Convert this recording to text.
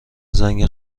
زنگ